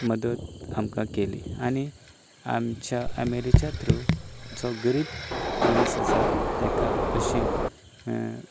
मदत आमकां केली आनी आमच्या एम एल ए च्या थ्रू जो गरीब मनीस आसा ताका अशें